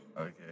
Okay